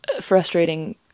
frustrating